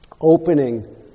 opening